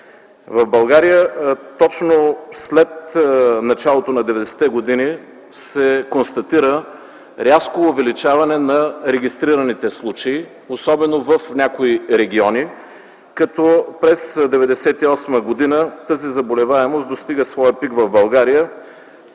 В България точно след началото на 90-те години се констатира рязко увеличаване на регистрираните случаи, особено в някои региони, като през 1998 г. тази заболеваемост достига своя пик в България